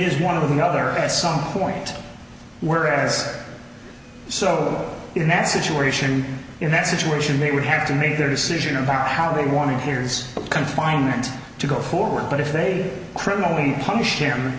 is one of the other at some point where as so in that situation in that situation they would have to make their decision about how they want to hear his confinement to go forward but if they criminal we punish